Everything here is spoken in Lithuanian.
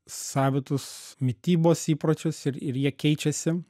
savitus mitybos įpročius ir ir jie keičiasi